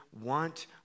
want